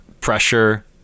pressure